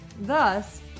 thus